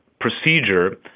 procedure